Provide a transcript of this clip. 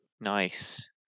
Nice